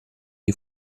die